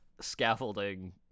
scaffolding